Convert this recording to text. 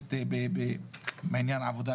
לאומית בעניין העבודה,